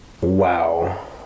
Wow